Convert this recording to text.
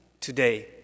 today